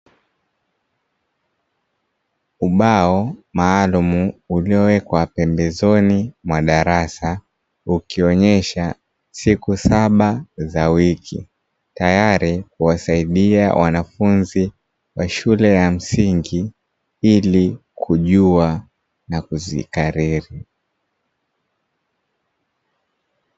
Ubao maalumu uliowekwa pembezoni mwa darasa, ukionyesha siku saba za wiki, tayari kuwasaidia wanafunzi wa shule ya msingi ili kujua na kuzikariri.